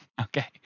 Okay